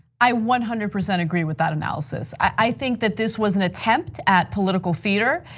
i one hundred percent agree with that analysis. i think that this was an attempt at political theatre.